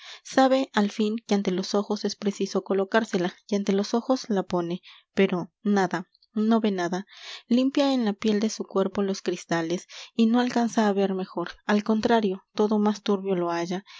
sabe al fin que ante los ojos es preciso colocársela y ante los ojos la pone pero nada no ve nada limpia en la piel de su cuerpo los cristales y no alcanza á ver mejor al contrario todo m á s turbio lo halla